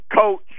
coach